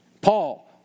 Paul